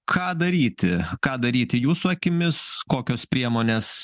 ką daryti ką daryti jūsų akimis kokios priemonės